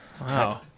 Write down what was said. Wow